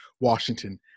Washington